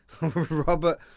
Robert